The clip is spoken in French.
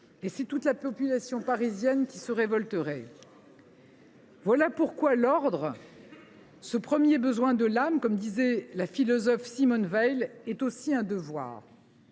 et c’est toute la population parisienne qui se révolterait. « Voilà pourquoi l’ordre, “le premier de tous les besoins de l’âme”, comme disait la philosophe Simone Weil, est aussi un devoir.